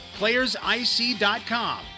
playersic.com